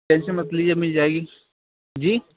tension مت لیجیے مل جائے گی جی